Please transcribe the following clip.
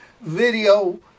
video